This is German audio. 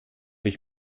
ich